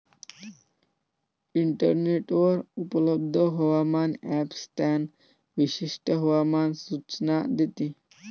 इंटरनेटवर उपलब्ध हवामान ॲप स्थान विशिष्ट हवामान सूचना देते